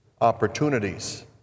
opportunities